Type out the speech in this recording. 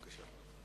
בבקשה.